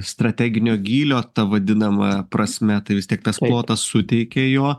strateginio gylio ta vadinama prasme tai vis tiek tas plotas suteikia jo